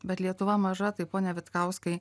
bet lietuva maža tai pone vitkauskai